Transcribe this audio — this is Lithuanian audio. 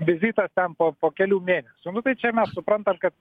vizitas ten po po kelių mėnesių nu tai čia mes suprantam kad